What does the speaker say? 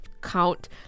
count